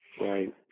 Right